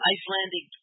Icelandic